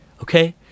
okay